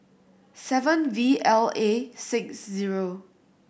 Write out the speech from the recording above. seven V L A six zero